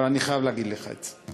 אבל אני חייב להגיד לך את זה.